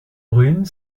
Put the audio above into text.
brune